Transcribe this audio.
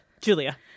Julia